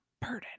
burden